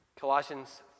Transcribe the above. Colossians